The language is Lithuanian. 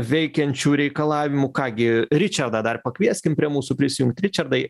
veikiančių reikalavimų ką gi ričardą dar pakvieskim prie mūsų prisijungt ričardai